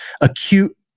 acute